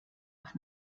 auf